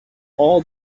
all